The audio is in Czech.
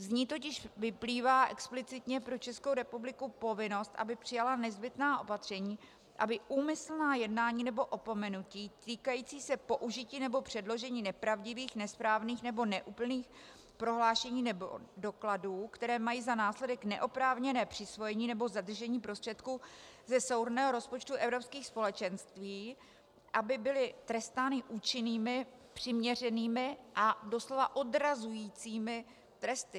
Z ní totiž vyplývá explicitně pro Českou republiku povinnost, aby přijala nezbytná opatření, aby úmyslná jednání nebo opomenutí týkající se použití nebo předložení nepravdivých, nesprávných nebo neúplných prohlášení nebo dokladů, které mají za následek neoprávněné přisvojení nebo zadržení prostředků ze souhrnného rozpočtu Evropských společenství, byla trestána účinnými, přiměřenými a doslova odrazujícími tresty.